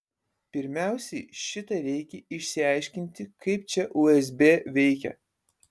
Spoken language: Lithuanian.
pirmiausiai šitą reikia išsiaiškinti kaip čia usb veikia